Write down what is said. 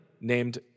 named